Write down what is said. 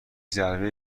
ضربه